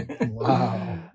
wow